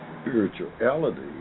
spirituality